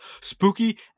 spooky